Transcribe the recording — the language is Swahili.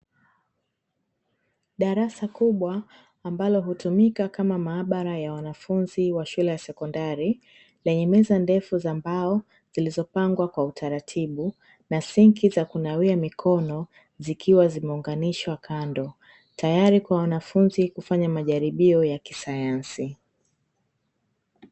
Darasa kubwa ambalo hutumika kama maabara ya wanafunzi wa shule ya sekondari, yenye meza ndefu za mbao zilizopangwa kwa utaratibu, na sinki za kunawia mikono zikiwa zimeunganishwa kando, tayari kwa wanafanzi kufanya majaribio ya kisayansi.